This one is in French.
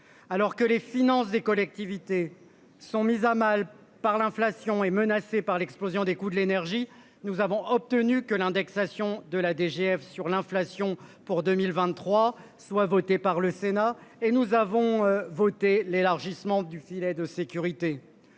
Alors que les finances des collectivités sont mises à mal par l'inflation est menacé par l'explosion des coûts de l'énergie, nous avons obtenu que l'indexation de la DGF sur l'inflation pour 2023 soit votée par le Sénat et nous avons voté l'élargissement du filet de sécurité.